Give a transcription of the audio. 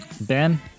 Ben